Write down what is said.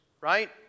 Right